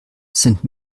sind